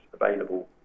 available